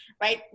right